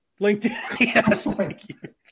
LinkedIn